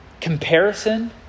comparison